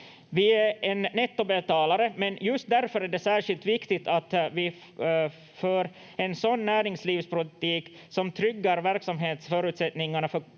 Vi är en nettobetalare, men just därför är det särskilt viktigt att vi för en sådan näringslivspolitik som tryggar verksamhetsförutsättningarna